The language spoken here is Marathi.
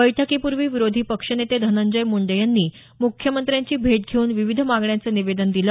बैठकीपूर्वी विरोधी पक्षनेते धनंजय मुंडे यांनी मुख्यमंत्र्यांची भेट घेऊन विविध मागण्यांचं निवेदन दिलं